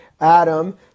Adam